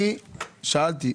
אני שאלתי,